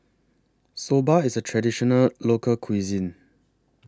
Soba IS A Traditional Local Cuisine